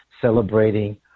celebrating